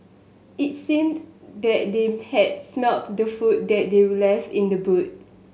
it seemed that they had smelt the food that they were left in the boot